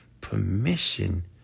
permission